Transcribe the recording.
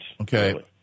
Okay